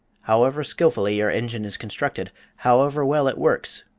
however skillfully your engine is constructed, however well it works,